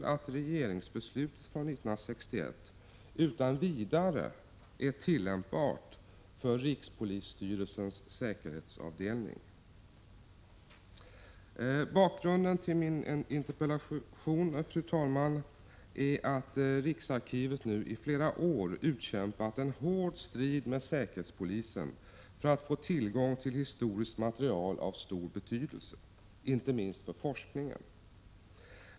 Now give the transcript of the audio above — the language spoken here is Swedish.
Bakgrunden till min interpellation är att riksarkivet nu i flera år har utkämpat en hård strid med säkerhetspolisen för att få tillgång till historiskt material av stor betydelse, inte minst för forskningen.